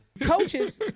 coaches